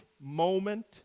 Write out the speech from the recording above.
moment